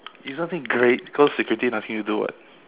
isn't it great because security nothing to do [what]